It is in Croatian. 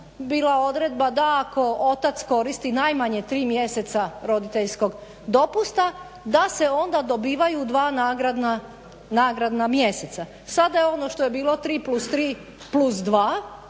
bila odredba da ako otac koristi najmanje 3 mjeseca roditeljskog dopusta da se ona dobivaju dva nagradna mjeseca. Sada je ono što je bilo 3+3+2 u slučaju